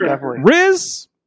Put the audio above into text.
Riz